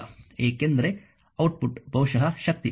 ಏಕೆಂದರೆ ಔಟ್ಪುಟ್ ಬಹುಶಃ ಶಕ್ತಿ